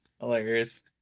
Hilarious